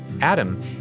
Adam